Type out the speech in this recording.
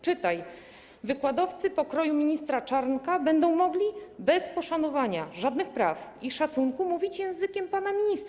Czytaj: wykładowcy pokroju ministra Czarnka będą mogli bez poszanowania żadnych praw i szacunku mówić językiem pana ministra.